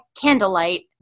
candlelight